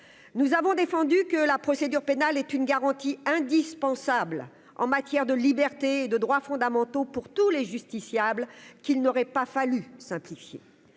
nous avons défendu que la procédure pénale est une garantie indispensable en matière de liberté et de droits fondamentaux pour tous les justiciables qui n'aurait pas fallu simplifié